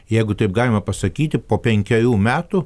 jeigu taip galima pasakyti po penkerių metų